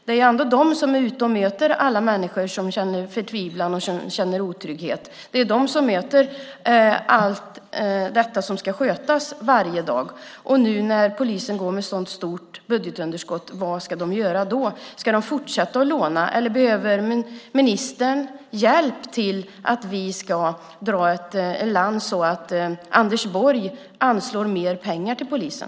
Det är trots allt de som möter alla människor som känner förtvivlan och otrygghet. Det är de som står inför allt som ska skötas varje dag. Vad ska polisen göra nu när de går med så stort underskott? Ska de fortsätta att låna? Eller behöver ministern hjälp med att dra en lans för att få Anders Borg att anslå mer pengar till polisen?